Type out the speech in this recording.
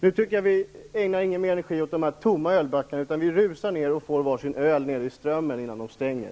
Nu tycker jag att vi inte ägnar mer energi åt dessa tomma ölbackar, utan vi rusar ner och får varsin öl innan Strömmen stänger.